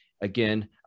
again